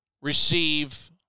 receive